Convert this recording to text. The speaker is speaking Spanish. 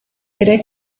cree